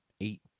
eight